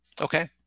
Okay